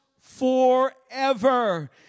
forever